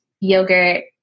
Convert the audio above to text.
yogurt